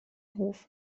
hof